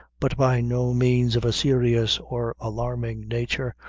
but by no means of a serious or alarming nature,